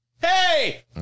Hey